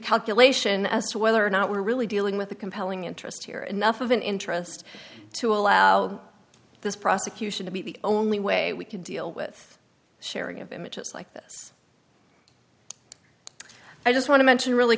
calculation as to whether or not we're really dealing with a compelling interest here enough of an interest to allow this prosecution to be the only way we could deal with sharing of images like this i just want to mention really